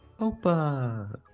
Opa